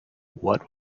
what